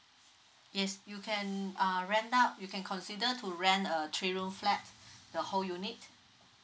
yes you can uh rent out you can consider to rent a three room flat the whole unit